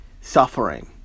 suffering